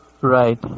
Right